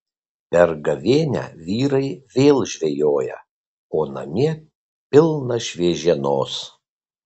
per gavėnią vyrai vėl žvejoja o namie pilna šviežienos